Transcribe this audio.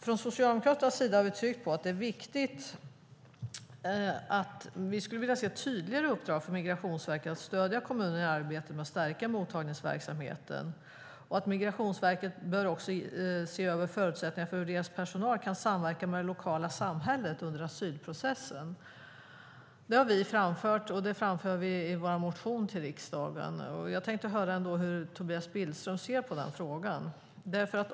Från Socialdemokraternas sida har vi tryckt på att vi skulle vilja se ett tydligare uppdrag för Migrationsverket att stödja kommunerna i arbetet med att stärka mottagningsverksamheten och menar att Migrationsverket bör se över förutsättningarna för hur deras personal kan samverka med det lokala samhället under asylprocessen. Det har vi framfört, och det framför vi i vår motion till riksdagen. Jag tänkte höra ändå hur Tobias Billström ser på den frågan.